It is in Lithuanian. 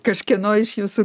kažkieno iš jūsų